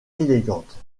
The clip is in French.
élégante